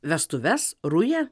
vestuves rują